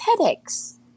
headaches